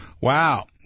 Wow